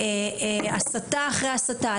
הסתה אחר הסתה,